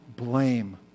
Blame